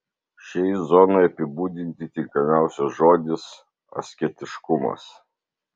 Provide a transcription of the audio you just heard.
šiai zonai apibūdinti tinkamiausias žodis asketiškumas